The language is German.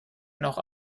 noch